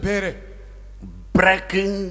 Breaking